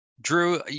drew